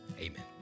amen